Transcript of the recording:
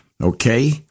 Okay